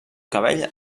cabell